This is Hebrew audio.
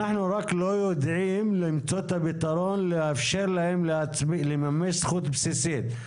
אנחנו רק לא יודעים למצוא את הפתרון לאפשר להם לממש זכות בסיסית.